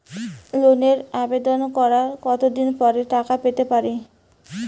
লোনের আবেদন করার কত দিন পরে টাকা পেতে পারি?